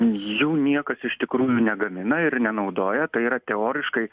jų niekas iš tikrųjų negamina ir nenaudoja tai yra teoriškai